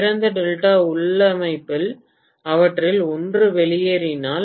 திறந்த டெல்டா உள்ளமைவில் அவற்றில் ஒன்று வெளியேறினால்